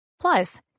Plus